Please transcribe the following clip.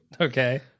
Okay